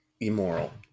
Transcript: immoral